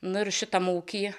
nu ir šitam ūkyj